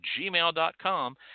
gmail.com